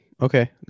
Okay